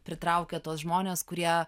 pritraukia tuos žmones kurie